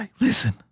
listen